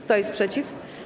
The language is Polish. Kto jest przeciw?